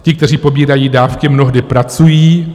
Ti, kteří pobírají dávky, mnohdy pracují.